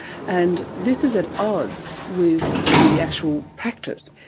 and this is at odds with the actual practice.